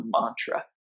mantra